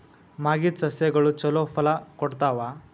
ಮಾಗಿದ್ ಸಸ್ಯಗಳು ಛಲೋ ಫಲ ಕೊಡ್ತಾವಾ?